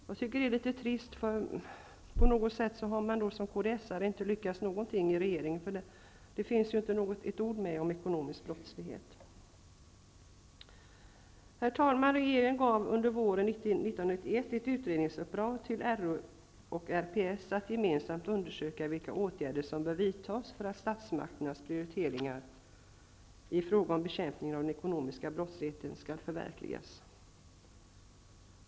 Jag tycker att det är litet trist, för då har man som kds-are inte lyckats med någonting i regeringen. Nu finns det inte ett ord med om ekonomisk brottslighet. Herr talman! Regeringen gav under våren 1991 ett utredningsuppdrag till RÅ och RPS att gemensamt undersöka vilka åtgärder som bör vidtas för att statsmakternas prioriteringar i fråga om bekämpningen av den ekonomiska brottsligheten skall förverkligas.